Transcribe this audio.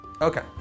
Okay